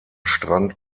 strand